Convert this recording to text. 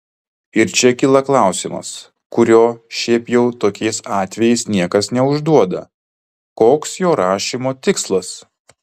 ir čia kyla klausimas kurio šiaip jau tokiais atvejais niekas neužduoda koks jo rašymo tikslas